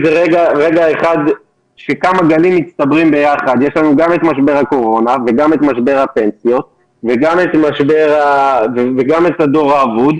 יש לנו גם את משבר הקורונה וגם את משבר הפנסיות וגם את הדור האבוד,